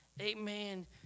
Amen